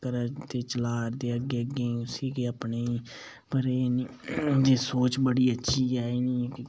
कदें उस्सी गै चला दे अग्गें अग्गें उसगी पर एह् इं'दी सोच बड़ी अच्छी ऐ इं'दी